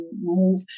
move